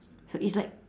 so it's like